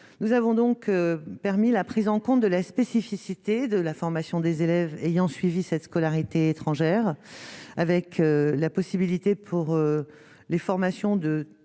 nous avons donc permis la prise en compte de la spécificité de la formation des élèves ayant suivi sa scolarité étrangère avec la possibilité pour les formations de